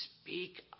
speak